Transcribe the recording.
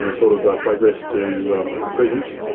and sort of progressed to prisons.